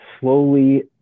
slowly